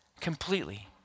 completely